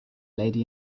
lady